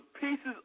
pieces